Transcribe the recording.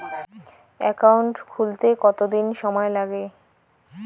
Account খুলতে কতদিন সময় লাগে?